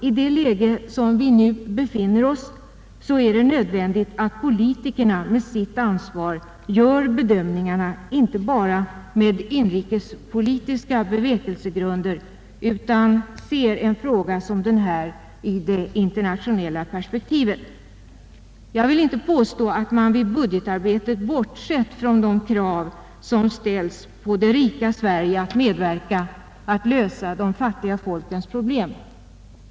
I det läge där vi nu befinner oss är det nödvändigt att politikerna med sitt ansvar gör bedömningarna inte bara med inrikespolitiska bevekelsegrunder utan ser en fråga som denna i det internationella perspektivet. Jag vill inte påstå att man vid budgetarbetet bortsett från de krav som ställs på det rika Sverige att medverka till att lösa de fattiga folkens problem.